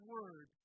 Word